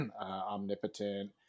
omnipotent